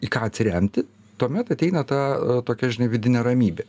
į ką atsiremti tuomet ateina ta tokia žinai vidinė ramybė